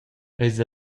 eis